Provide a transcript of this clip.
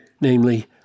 namely